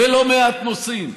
בלא מעט נושאים,